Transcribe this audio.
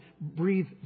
breathe